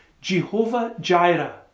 Jehovah-Jireh